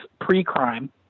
pre-crime